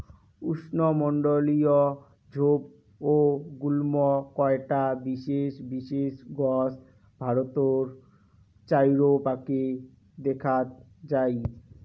উষ্ণমণ্ডলীয় ঝোপ ও গুল্ম কয়টা বিশেষ বিশেষ গছ ভারতর চাইরোপাকে দ্যাখ্যাত যাই